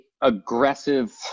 aggressive